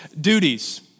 duties